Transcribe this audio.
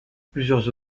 plusieurs